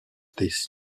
this